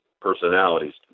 personalities